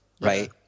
Right